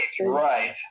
right